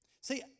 See